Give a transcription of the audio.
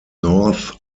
north